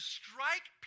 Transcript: strike